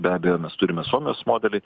be abejo mes turime suomijos modelį